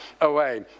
away